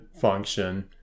function